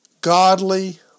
godly